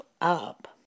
up